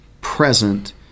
present